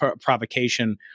provocation